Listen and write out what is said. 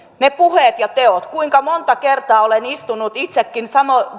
ne puheet ja teot kuinka monta kertaa olen istunut itsekin